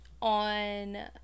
on –